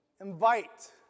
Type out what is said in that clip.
invite